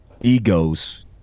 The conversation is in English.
egos